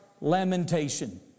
lamentation